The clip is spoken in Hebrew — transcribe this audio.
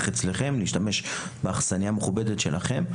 אצלכם להשתמש באכסנייה המכובדת שלכם,